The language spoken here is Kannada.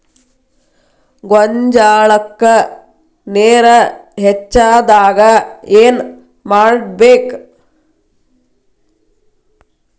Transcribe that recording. ಗೊಂಜಾಳಕ್ಕ ನೇರ ಹೆಚ್ಚಾದಾಗ ಏನ್ ಮಾಡಬೇಕ್?